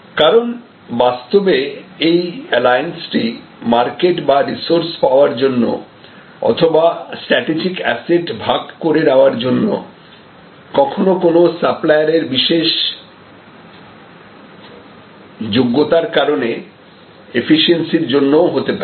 কারণ বাস্তবে এই অ্যালায়েন্সটি মার্কেট বা রিসোর্স পাওয়ার জন্য অথবা স্ট্র্যাটেজিক অ্যাসেট ভাগ করে নেওয়ার জন্য কখনো কোন সাপ্লায়ারের বিশেষ যোগ্যতার কারণে এফিশিয়েন্সির জন্য ও হতে পারে